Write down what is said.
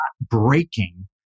breaking